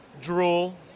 drool